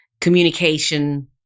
communication